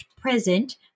present